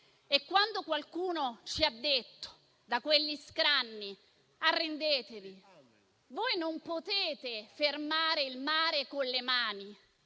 Quando qualcuno ci ha detto da quegli scranni "arrendetevi, voi non potete fermare il vento con le mani",